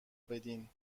بدین